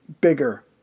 bigger